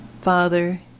Father